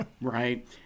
right